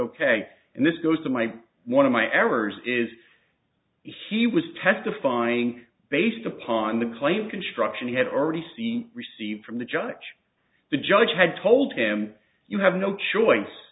ok and this goes to my one of my errors is he was testifying based upon the claim construction he had already seen received from the judge the judge had told him you have no choice